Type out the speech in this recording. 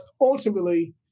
ultimately